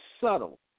subtle